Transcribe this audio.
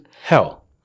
hell